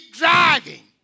driving